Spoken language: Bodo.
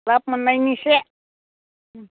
लाब मोननायनि इसे